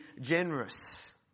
generous